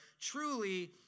truly